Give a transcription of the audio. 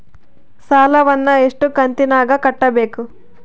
ಸಾಲವನ್ನ ಎಷ್ಟು ಕಂತಿನಾಗ ಕಟ್ಟಬೇಕು?